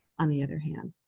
on the other hand.